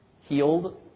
healed